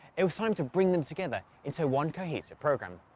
it was time to bring them together into one cohesive program.